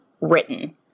written